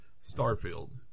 Starfield